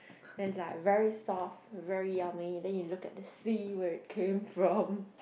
then it's like very soft very yummy then you look at the sea where it came from